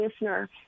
listener